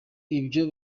ibyo